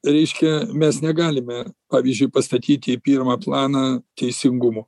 reiškia mes negalime pavyzdžiui pastatyti į pirmą planą teisingumo